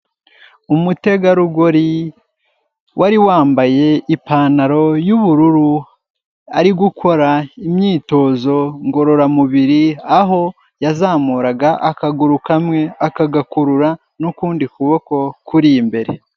Umutegarugori wari wambaye ipantaro y'ubururu, ari gukora imyitozo ngororamubiri, aho yazamuraga akaguru kamwe, akagakurura n'ukundi kuboko kuri imbere.